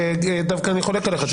דווקא אני חולק עליך,